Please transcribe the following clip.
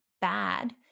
bad